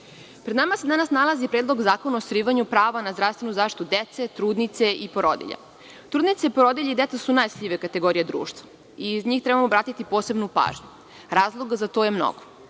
toga. Pred nama sa danas nalazi Predlog zakona o ostvarivanju prava na zdravstvenu zaštitu dece, trudnica i porodilja. Trudnice, porodilje i deca su najosetljivije kategorije u društvu, i na njih trebamo obratiti posebnu pažnju. Razloga za to je mnogo. Kada